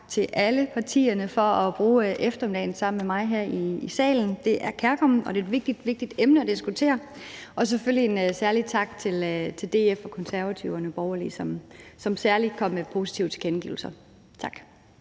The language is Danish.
til alle partierne for at bruge eftermiddagen sammen med mig her i salen. Det er kærkomment, og det er et vigtigt, vigtigt emne at diskutere. Og så vil jeg selvfølgelig sige en særlig tak til DF og Konservative og Nye Borgerlige, som særlig kom med positive tilkendegivelser. Tak.